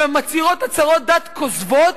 שמצהירות הצהרות דת כוזבות,